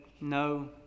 no